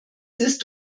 ist